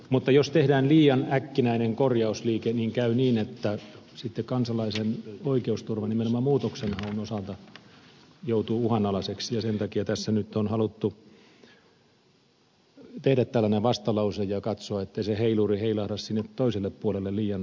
mutta jos tehdään liian äkkinäinen korjausliike käy niin että kansalaisen oikeusturva nimenomaan muutoksenhaun osalta joutuu uhanalaiseksi ja sen takia tässä nyt on haluttu tehdä tällainen vastalause ja katsoa ettei se heiluri heilahda sinne toiselle puolelle liian pitkälle